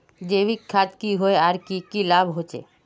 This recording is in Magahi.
जैविक खाद की होय आर की की लाभ होचे?